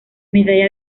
medalla